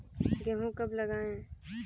गेहूँ कब लगाएँ?